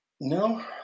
no